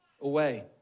away